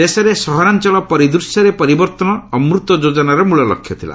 ଦେଶରେ ସହରାଞ୍ଚଳ ପରିଦୂଶ୍ୟରେ ପରିବର୍ତ୍ତନ ଅମୃତ ଯୋଚ୍ଚନାର ମୂଳଲକ୍ଷ୍ୟ ଥିଲା